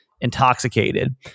intoxicated